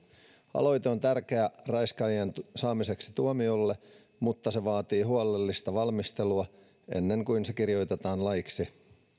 aloite on tärkeä raiskaajien saamiseksi tuomiolle mutta se vaatii huolellista valmistelua ennen kuin se kirjoitetaan laiksi